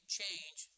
change